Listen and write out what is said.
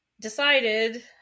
decided